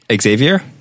xavier